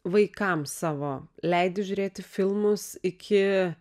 vaikams savo leidi žiūrėti filmus iki